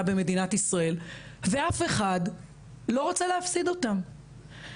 במדינת ישראל ואף אחד לא רוצה להפסיד אותם.